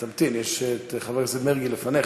אז תמתין, חבר הכנסת מרגי לפניך.